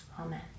Amen